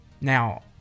Now